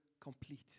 Complete